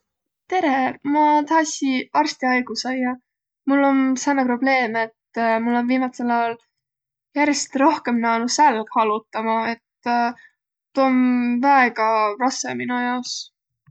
Tere! Ma tahassiq arstiaigu saiaq. Mul om sääne probleem, et mul om viimädsel aol järjest rohkõmb naanuq sälg halutama. Et tuu om väega rassõ mino jaos.